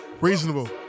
Reasonable